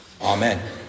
Amen